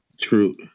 True